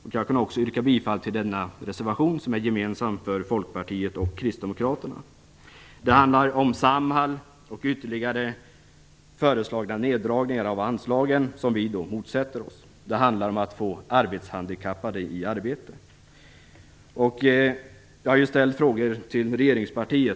Också jag yrkar bifall till denna reservation som är gemensam för Folkpartiet och Kristdemokraterna. Det handlar om Samhall och om ytterligare föreslagna neddragningar av anslagen som vi motsätter oss. Det handlar om att få arbetshandikappade i arbete. Jag har ju ställt frågor till regeringspartiet.